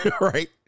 Right